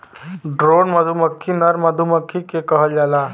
drone मधुमक्खी नर मधुमक्खी के कहल जाला